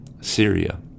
Syria